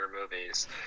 movies